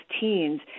teens